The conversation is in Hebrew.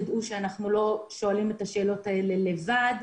תדעו שאנחנו לא שואלים את השאלות האלה לבד,